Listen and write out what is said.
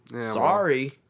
Sorry